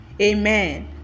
Amen